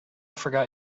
forgot